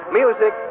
music